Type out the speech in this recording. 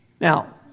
Now